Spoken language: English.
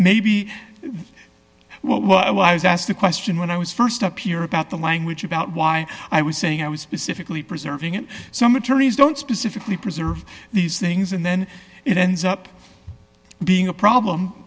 asked the question when i was st up here about the language about why i was saying i was specifically preserving it some attorneys don't specifically preserve these things and then it ends up being a problem